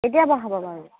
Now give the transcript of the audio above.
কেতিয়া বহাব বাৰু